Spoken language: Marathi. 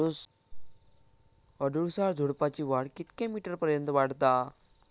अडुळसा झुडूपाची वाढ कितक्या मीटर पर्यंत वाढता?